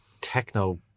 techno